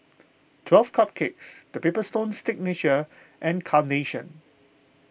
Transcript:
twelve Cupcakes the Paper Stone Signature and Carnation